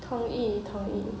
同意同意